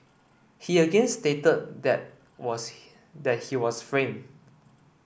he again stated that was he that he was framed